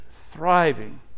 thriving